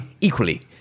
equally